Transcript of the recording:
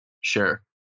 Sure